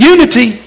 Unity